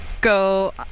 go